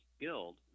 guild